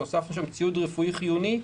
שהוספנו שם "ציוד רפואי חיוני",